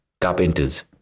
carpenters